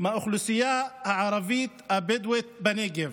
מהאוכלוסייה הערבית-הבדואית בנגב.